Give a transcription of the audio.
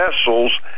vessels